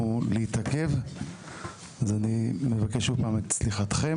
אני פותח את הישיבה.